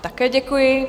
Také děkuji.